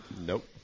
Nope